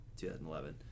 2011